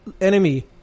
enemy